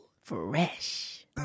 fresh